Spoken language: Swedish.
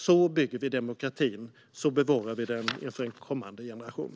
Så bygger vi demokratin, och så bevarar vi den inför kommande generation.